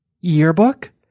Yearbook